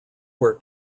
where